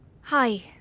Hi